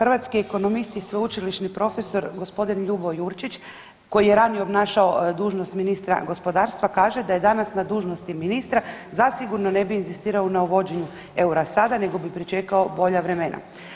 Hrvatski ekonomist i sveučilišni profesor g. Ljubo Jurčić koji je ranije obnašao dužnost ministra gospodarstva kaže da je danas na dužnosti ministra zasigurno ne bi inzistirao na uvođenju eura sada nego bi pričekao bolja vremena.